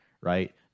right